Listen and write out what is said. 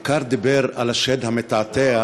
דקארט דיבר על השד המתעתע,